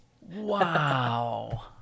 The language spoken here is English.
Wow